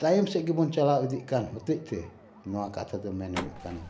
ᱛᱟᱭᱚᱢ ᱥᱮᱫ ᱜᱮᱵᱚᱱ ᱪᱟᱞᱟᱣ ᱤᱫᱤᱜ ᱠᱟᱱ ᱦᱚᱛᱮᱡᱼᱛᱮ ᱱᱚᱣᱟ ᱠᱟᱛᱷᱟ ᱫᱚ ᱢᱮᱱ ᱦᱩᱭᱩᱜ ᱠᱟᱱᱟ